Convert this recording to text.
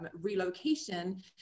relocation